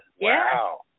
Wow